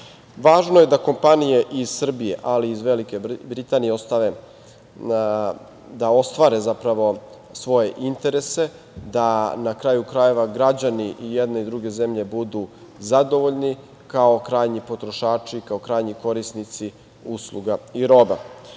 Važno je da kompanije iz Srbije, ali iz Velike Britanije, da ostvare svoje interese, da na kraju krajeva građani i jedne i druge zemlje budu zadovoljni, kao krajnji potrošači, kao krajnji korisnici usluga i roba. Naše